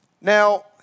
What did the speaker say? Now